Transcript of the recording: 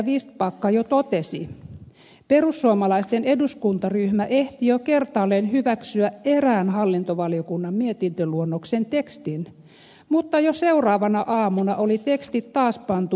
vistbacka jo totesi perussuomalaisten eduskuntaryhmä ehti jo kertaalleen hyväksyä erään hallintovaliokunnan mietintöluonnoksen tekstin mutta jo seuraavana aamuna oli tekstit taas pantu uusiksi